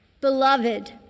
Beloved